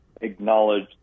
acknowledge